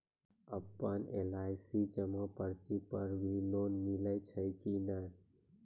आपन एल.आई.सी जमा पर्ची पर भी लोन मिलै छै कि नै?